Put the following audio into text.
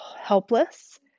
helpless